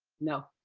no,